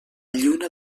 lluna